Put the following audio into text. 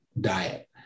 diet